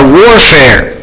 warfare